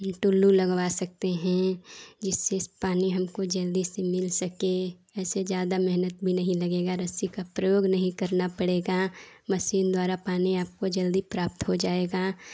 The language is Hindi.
टुल्लू लगवा सकते हैं जिससे पानी हमको जल्दी से मिल सके ऐसे ज़्यादा मेहनत भी नहीं लगेगी रस्सी का प्रयोग नहीं करना पड़ेगा मशीन द्वारा पानी आपको जल्दी प्राप्त हो जाएगा